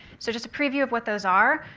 so just a preview of what those are.